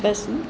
बस